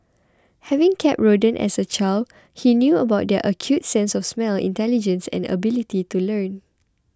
having kept rodents as a child he knew about their acute sense of smell intelligence and ability to learn